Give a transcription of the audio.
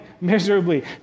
miserably